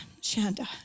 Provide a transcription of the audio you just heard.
Shanda